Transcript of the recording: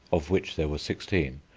of which there were sixteen,